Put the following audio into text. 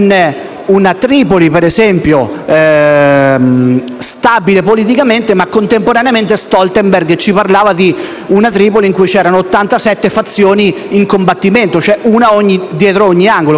una Tripoli stabile politicamente mentre contemporaneamente Stoltenberg ci parlava di una Tripoli in cui c'erano 87 fazioni in combattimento, cioè una dietro ogni angolo.